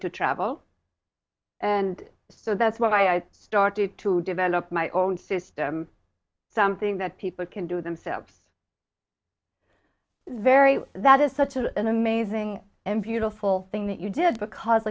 to travel and so that's why i started to develop my own system something that people can do themselves very that is such a an amazing and beautiful thing that you did because